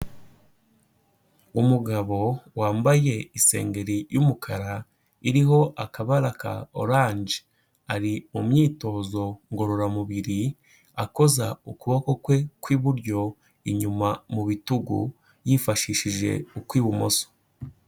Umugabo wambaye isengeri y'umukara, iriho akabara ka oranje, ari mu myitozo ngororamubiri, akoza ukuboko kwe kw'iburyo inyuma mu bitugu, yifashishije ukw'ibumoso.